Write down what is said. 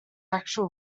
actual